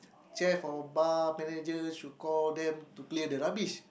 chair for bar manager should call them to clear the rubbish